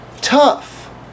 tough